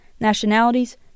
nationalities